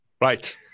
Right